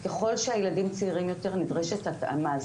ככל שהילדים צעירים יותר נדרשת התאמה.